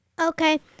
Okay